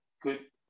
good